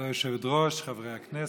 אל תוותר, כבוד היושבת-ראש, חברי הכנסת,